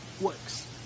works